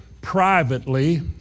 privately